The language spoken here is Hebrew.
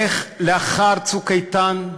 איך לאחר "צוק איתן"